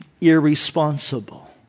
irresponsible